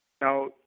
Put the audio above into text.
Now